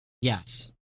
Yes